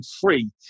free